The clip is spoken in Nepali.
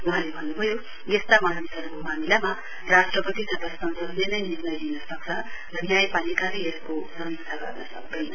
वहाँले भन्न्भयो यस्ता मानिसहरूको मामिलामा राष्ट्रपति तथा संसदले नै निर्णय लिन सक्छ र न्यायपालिकाले यसको समीक्षा गर्न सक्दैन